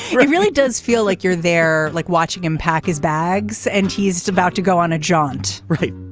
really does feel like you're there like watching him pack his bags and he's about to go on a jaunt right